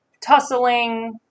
Tussling